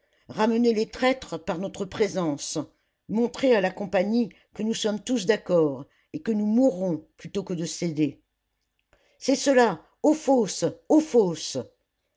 ramener les traîtres par notre présence montrer à la compagnie que nous sommes tous d'accord et que nous mourrons plutôt que de céder c'est cela aux fosses aux fosses